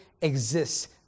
exists